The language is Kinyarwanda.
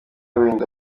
burinda